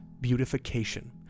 beautification